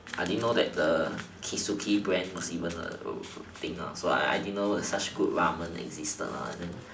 I didn't know that the keisuke brand was even a thing so I I didn't know such good ramen existent lah